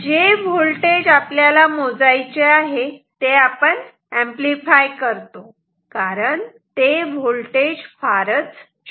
जे व्होल्टेज आपल्याला मोजायचे आहे ते आपण एंपलीफाय करतो कारण ते व्होल्टेज फार छोटे असते